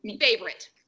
Favorite